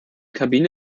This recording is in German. kabine